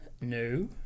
No